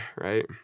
right